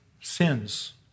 sins